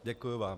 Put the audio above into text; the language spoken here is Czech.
Děkuju vám.